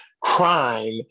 crime